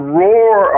roar